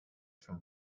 from